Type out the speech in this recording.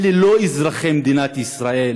אלה לא אזרחי מדינת ישראל